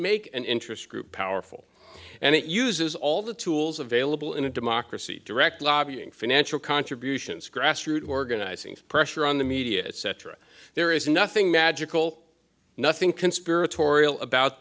make an interest group powerful and it uses all the tools available in a democracy direct lobbying financial contributions grassroots organizing pressure on the media etc there is nothing magical nothing